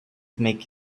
make